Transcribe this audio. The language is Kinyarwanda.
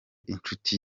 inshuti